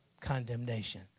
condemnation